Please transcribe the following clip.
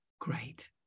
Great